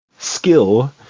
Skill